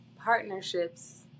partnerships